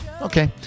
Okay